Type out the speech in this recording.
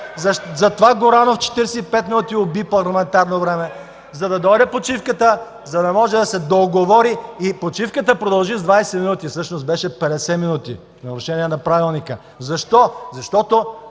Затова Горанов 45 мин. уби парламентарно време, за да дойде почивката, за да може да се доуговори. Почивката продължи с 20 мин., всъщност беше 50 минути, в нарушение на Правилника. Защо? Защото